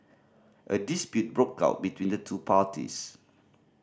a dispute broke out between the two parties